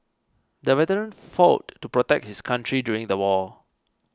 the veteran fought to protect his country during the war